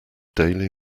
daily